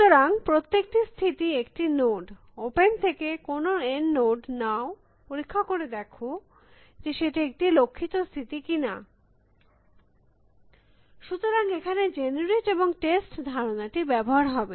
সুতরাং প্রত্যেকটি স্থিতি একটি নোট ওপেন থেকে কোনো N নোট নাও পরীক্ষা করে দেখো যে সেটি একটি লক্ষিত স্থিতি কিনা সুতরাং এখানে জেনারেট এবং টেস্ট ধারণাটি ব্যবহার হবে